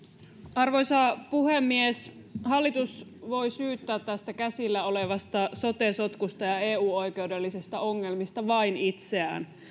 arvoisa puhemies hallitus voi syyttää tästä käsillä olevasta sote sotkusta ja eu oikeudellisista ongelmista vain itseään